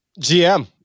GM